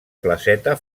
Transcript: placeta